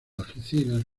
algeciras